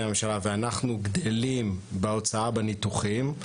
הממשלה ואנחנו גדלים בהוצאה בניתוחים,